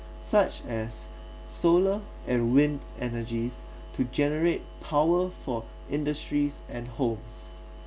such as solar and wind energies to generate power for industries and homes